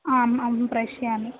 आम् अहं प्रेषयामि